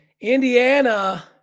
Indiana